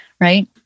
right